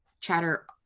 chatter